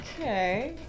okay